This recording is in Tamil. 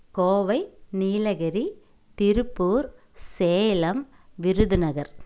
கோவை நீலகிரி திருப்பூர் சேலம் விருதுநகர்